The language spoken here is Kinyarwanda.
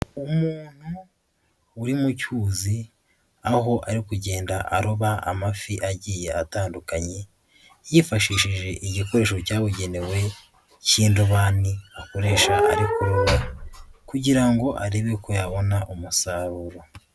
Umuntu uri mu cyuzi aho ari kugenda aroba amafi agiye atandukanye yifashishije igikoresho cyabugenewe cy'indobani akoresha ari kuroba kugira ngo arebe ko yabona umusaruro.